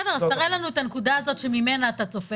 תראה לנו את הנקודה הזאת ממנה אתה צופה